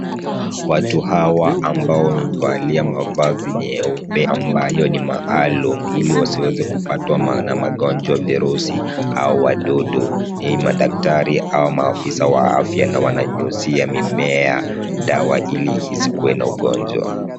Watu hawa ambao wamevalia mavazi meupe ambayo ni maalum ili wasiweze kupatwa na magonjwa, virusi au wadudu, ni madaktari au maafisa na wananyunyizia mimea dawa ili isikuwe na ugonjwa.